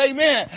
Amen